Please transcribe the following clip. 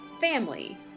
Family